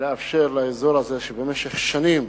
לאפשר לאזור הזה, שבמשך שנים